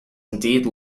indeed